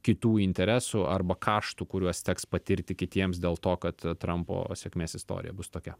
kitų interesų arba kaštų kuriuos teks patirti kitiems dėl to kad trampo sėkmės istorija bus tokia